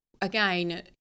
again